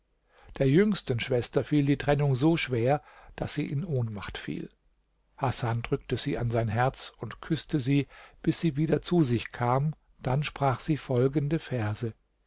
der jüngsten schwester fiel die trennung so schwer daß sie in ohnmacht fiel hasan drückte sie an sein herz und küßte sie bis sie wieder zu sich kam dann sprach sie folgende verse